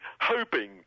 hoping